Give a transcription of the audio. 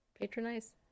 Patronize